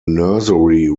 nursery